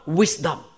wisdom